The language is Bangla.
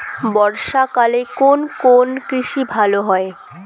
বর্ষা কালে কোন কোন কৃষি ভালো হয়?